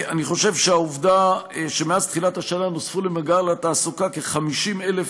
אני חושב שהעובדה שמאז תחילת השנה נוספו למעגל התעסוקה כ-50,000